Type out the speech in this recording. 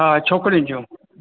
हा छोकिरियुनि जूं